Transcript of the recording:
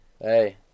hey